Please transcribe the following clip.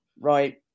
Right